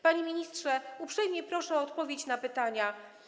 Panie ministrze, uprzejmie proszę o odpowiedź na pytania: